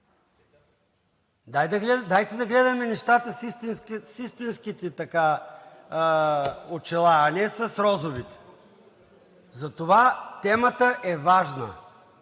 Дайте да гледаме нещата с истинските очила, а не с розовите. Затова темата е важна.